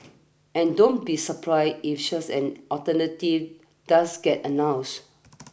and don't be surprised if such an alternative does get announced